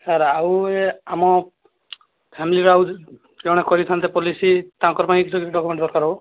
sir ଆଉ ଏ ଆମ ଫ୍ୟାମିଲିରେ ଆଉ ଜଣେ କରିଥାନ୍ତେ ପଲିସି ତାଙ୍କ ପାଇଁ ଯଦି ଡକ୍ୟୁମେଣ୍ଟ ଦରକାର ହେବ